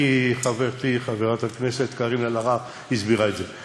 כי חברתי חברת הכנסת קארין אלהרר הסבירה את זה.